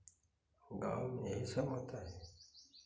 गाँव में यही सब होता है